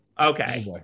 Okay